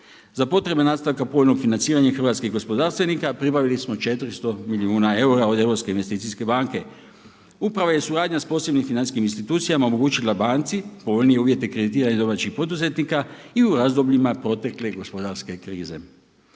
Za potrebe nastanka povoljno financiranje hrvatskih gospodarstvenika pribavili smo 400 milijuna eura od Europske investicijske banke. Upravo je suradnja s posebnim financijskim institucijama omogućila banci povoljnije uvjete kreditiranja domaćih poduzetnika i u razdobljima protekle gospodarske krize.